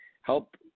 Help